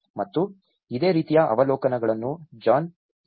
ಮತ್ತು ಇದೇ ರೀತಿಯ ಅವಲೋಕನಗಳನ್ನು ಜಾನ್ ಎಫ್